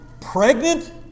pregnant